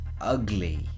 ugly